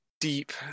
deep